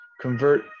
convert